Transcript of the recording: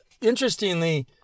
interestingly